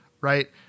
right